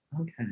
Okay